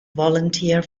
volunteer